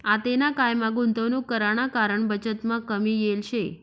आतेना कायमा गुंतवणूक कराना कारण बचतमा कमी येल शे